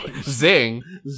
Zing